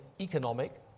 economic